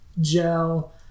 gel